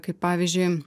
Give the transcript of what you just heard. kaip pavyzdžiui